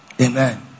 Amen